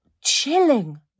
chilling